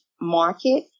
market